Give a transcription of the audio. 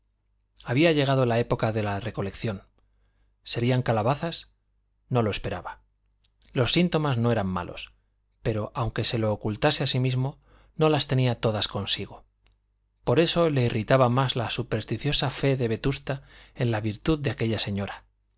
había llegado la época de la recolección serían calabazas no lo esperaba los síntomas no eran malos pero aunque se lo ocultase a sí mismo no las tenía todas consigo por eso le irritaba más la supersticiosa fe de vetusta en la virtud de aquella señora